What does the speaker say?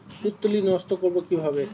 পুত্তলি নষ্ট করব কিভাবে?